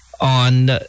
on